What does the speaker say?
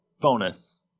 bonus